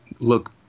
look